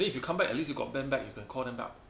then if you come back you got them back you can call them back